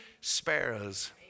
sparrows